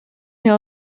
mir